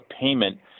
payment